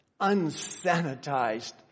unsanitized